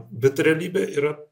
bet realybė yra